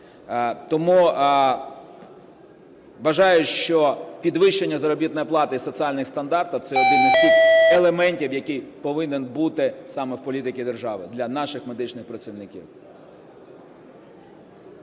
Тому вважаю, що підвищення заробітної плати і соціальних стандартів – це один з тих елементів, який повинен бути саме в політиці держави для наших медичних працівників.